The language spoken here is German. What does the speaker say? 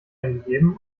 eingegeben